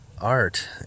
art